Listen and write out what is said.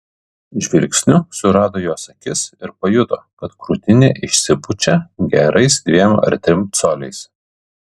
žvilgsniu surado jos akis ir pajuto kad krūtinė išsipučia gerais dviem ar trim coliais